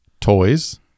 toys